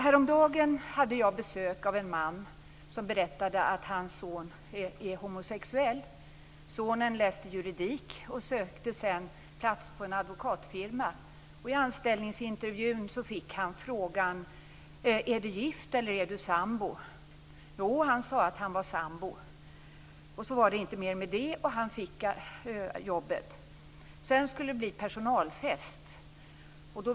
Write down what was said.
Häromdagen hade jag besök av en man som berättade att hans son är homosexuell. Sonen läste juridik och sökte sedan plats på en advokatfirma. Vid anställningsintervjun fick han frågan: Är du gift eller är du sambo? Han sade att han var sambo. Så var det inte mer med det och han fick jobbet. Sedan skulle det bli personalfest.